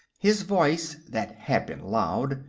his voice, that had been loud,